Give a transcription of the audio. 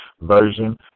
Version